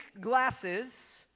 glasses